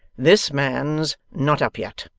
this man's not up yet.